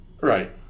Right